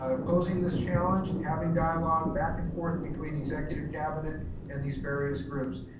um posing this challenge, having dialogue back and forth between the executive cabinet and these various groups.